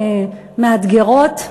מאתגרות,